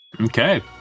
Okay